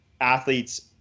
athletes